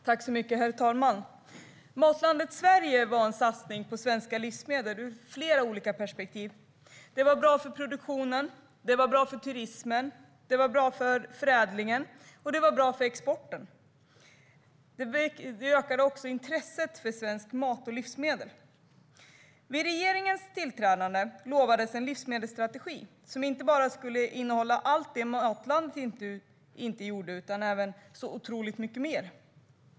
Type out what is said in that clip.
Herr talman! Matlandet Sverige var en satsning på svenska livsmedel ur flera olika perspektiv. Det var bra för produktionen, det var bra för turismen, det var bra för förädlingen och det var bra för exporten. Det ökade också intresset för svensk mat och svenska livsmedel. Vid regeringens tillträde utlovades en livsmedelsstrategi som skulle innehålla inte bara allt det Matlandet Sverige inte innehöll utan otroligt mycket mer.